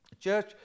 church